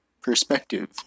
perspective